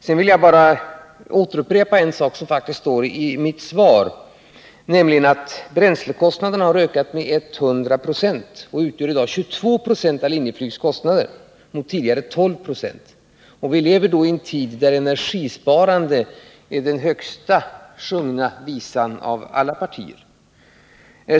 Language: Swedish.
Sedan vill jag upprepa något som faktiskt står i mitt svar, nämligen att bränslekostnaderna har ökat med 100 926 under det senaste året och i dag utgör 22 26 av Linjeflygs kostnader mot tidigare drygt 12 926. Och vi lever då i en tid när energisparandet är den av alla partier högt sjungna visan.